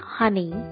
honey